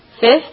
Fifth